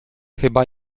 chyba